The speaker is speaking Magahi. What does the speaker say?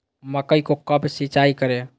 मकई को कब सिंचाई करे?